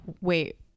wait